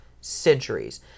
centuries